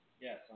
Yes